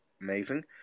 amazing